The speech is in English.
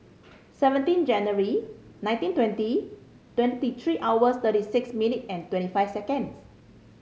seventeen January nineteen twenty twenty three hours thirty six minute and twenty five seconds